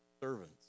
servants